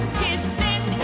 kissing